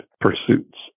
pursuits